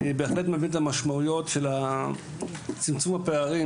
אני בהחלט מבין את המשמעויות של צמצום הפערים,